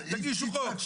חוק.